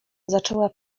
zaczęła